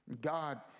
God